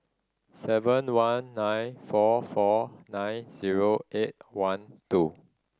seven one nine four four nine zero eight one two